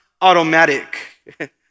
automatic